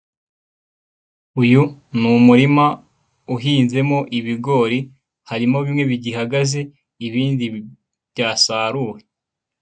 Uyu ni umurima uhinzemo ibigori, harimo bimwe bigihagaze ibindi byasaruwe.